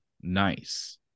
nice